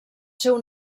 seu